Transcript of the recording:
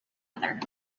other